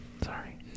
Sorry